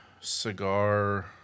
Cigar